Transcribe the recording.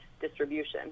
distribution